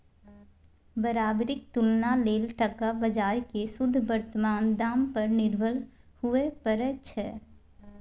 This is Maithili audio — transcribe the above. बराबरीक तुलना लेल टका बजार केँ शुद्ध बर्तमान दाम पर निर्भर हुअए परै छै